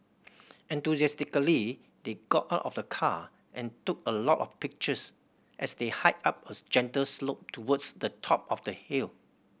enthusiastically they got out of the car and took a lot of pictures as they hiked up a gentle slope towards the top of the hill